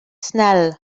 snell